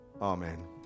Amen